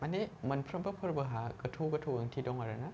माने मोनफ्रोमबो फोरबोहा गोथौ गोथौ ओंथि दं आरो ना